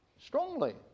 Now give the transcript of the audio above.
strongly